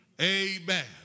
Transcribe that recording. Amen